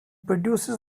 produces